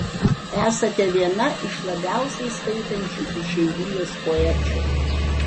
esate viena iš labiausiai skaitančių išeivijos poečių